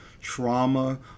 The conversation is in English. trauma